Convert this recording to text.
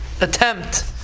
attempt